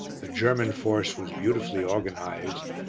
the german force was beautifully organised.